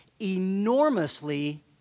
enormously